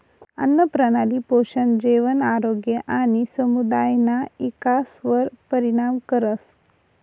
आन्नप्रणाली पोषण, जेवण, आरोग्य आणि समुदायना इकासवर परिणाम करस